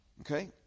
Okay